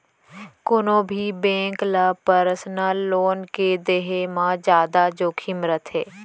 कोनो भी बेंक ल पर्सनल लोन के देहे म जादा जोखिम रथे